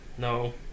No